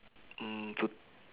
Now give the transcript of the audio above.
mm to